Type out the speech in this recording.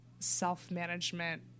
self-management